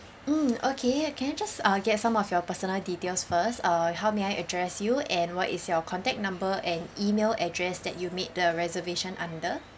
mm okay can I just uh get some of your personal details first uh how may I address you and what is your contact number and email address that you made the reservation under